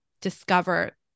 discover